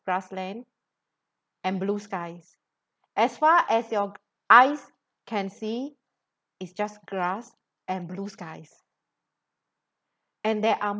grassland and blue skies as far as your eyes can see it's just grass and blue skies and there are